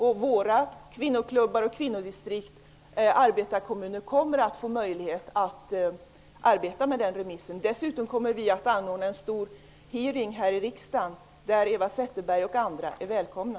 Våra kvinnoklubbar, kvinnodistrikt och arbetarkommuner kommer att få möjlighet att arbeta med den remissen. Vi kommer dessutom att anordna en stor hearing här i riksdagen. Dit är Eva